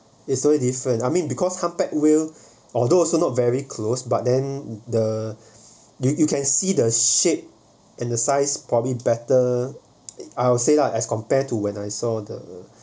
it's so different I mean because humpback whale although also not very close but then the you you can see the shape and the size probably better I would say lah as compared to when I saw the